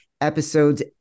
episodes